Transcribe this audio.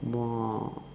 more